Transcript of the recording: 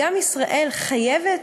ישראל חייבת,